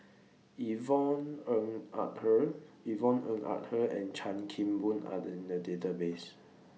Yvonne Ng Uhde Yvonne Ng Uhde and Chan Kim Boon Are in The Database